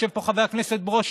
יושב פה חבר הכנסת ברושי,